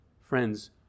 Friends